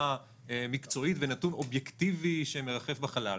מקצועית ונתון אובייקטיבי שמרחף בחלל.